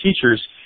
teachers